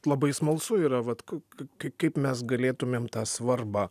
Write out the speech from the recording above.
labai smalsu yra vat k k kaip mes galėtumėm tą svarbą